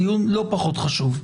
דיון לא פחות חשוב.